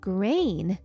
Grain